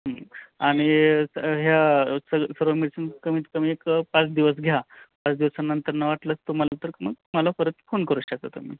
हं आणि ह्या सग् सर्व मेडिसिन कमीत कमी एक पाच दिवस घ्या पाच दिवसानंतरनं वाटलंच तुम्हाला तर मग मला परत फोन करू शकता तुम्ही